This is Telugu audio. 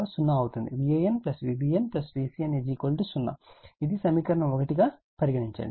Van Vbn Vcn 0 ఇది సమీకరణం 1 గా పరిగణించండి